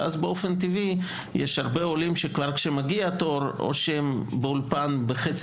ואז באופן טבעי יש הרבה עולים שכשמגיע התור או שהם באולפן בחצי